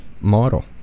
model